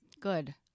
Good